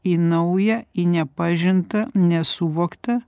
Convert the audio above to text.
į naują į nepažintą į nesuvoktą